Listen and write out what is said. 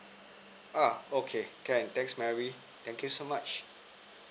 uh okay can thanks mary thank you so much